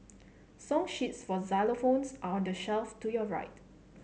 song sheets for xylophones are on the shelf to your right